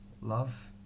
Love